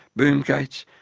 boom gates,